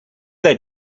their